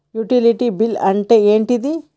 Utility bill అంటే ఏంటిది?